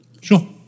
Sure